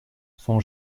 son